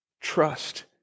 Trust